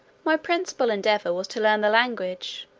my principal endeavour was to learn the language,